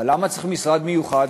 אבל למה צריך משרד מיוחד?